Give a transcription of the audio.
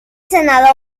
senador